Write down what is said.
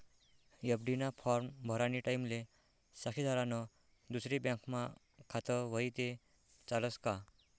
FD ना form भरानी टाईमले साक्षीदारनं दुसरी बँकमा खातं व्हयी ते चालस का